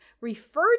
referred